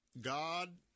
God